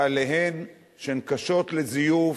שהן קשות לזיוף,